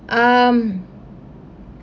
um